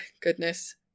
goodness